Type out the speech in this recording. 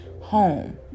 home